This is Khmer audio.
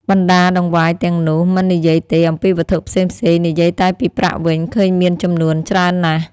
បណ្ដាតង្វាយទាំងនោះ មិននិយាយទេអំពីវត្ថុផ្សេងៗ និយាយតែពីប្រាក់វិញ ឃើញមានចំនួនច្រើនណាស់ ។